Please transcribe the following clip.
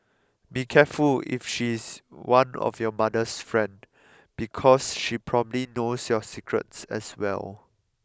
be careful if she's one of your mother's friend because she probably knows your secrets as well